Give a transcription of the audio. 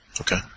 Okay